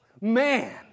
man